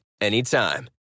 anytime